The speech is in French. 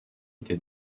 était